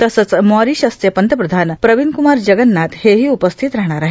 तसंच मारिशसचे पंतप्रधान प्रविंद क्मार जगन्नाथ हे ही उपस्थित राहणार आहेत